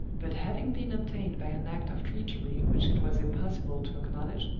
but having been obtained by an act of treachery which it was impossible to acknowledge,